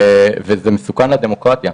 וזה מסוכן לדמוקרטיה,